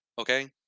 Okay